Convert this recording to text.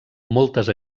moltes